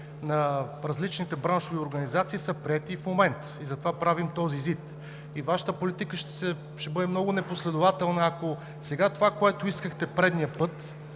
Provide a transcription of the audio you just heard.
на различните браншови организации са приети в момента и затова правим този ЗИД. Вашата политика ще бъде много непоследователна, ако това, което искахте предишния път,